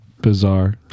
bizarre